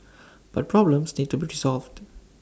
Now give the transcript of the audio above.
but problems need to be resolved